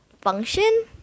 function